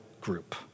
group